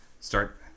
start